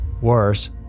Worse